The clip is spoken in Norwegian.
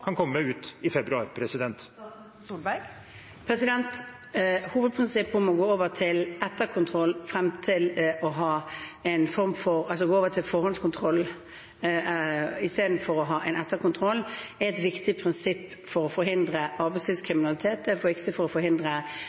kan komme i februar? Hovedprinsippet om å gå over til forhåndskontroll istedenfor å ha etterkontroll er et viktig prinsipp for å forhindre arbeidslivskriminalitet. Det er viktig for å forhindre